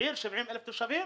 עיר עם 70,000 תושבים,